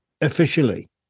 officially